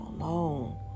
alone